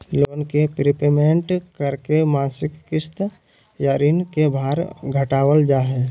loan के prepayment करके मासिक किस्त या ऋण के भार घटावल जा हय